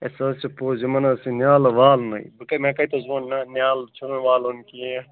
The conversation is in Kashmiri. ہے سُہ حظ چھُ پوٚز یِمَن حظ چھِ نیالہٕ والنے بہٕ کتہِ مےٚ کَتہِ حظ ووٚن نہَ نیالہٕ چھُنہٕ والُن کیٚنٛہہ